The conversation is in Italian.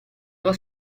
tua